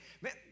man